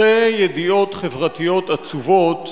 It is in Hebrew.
שתי ידיעות חברתיות עצובות